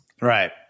Right